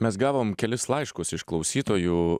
mes gavom kelis laiškus iš klausytojų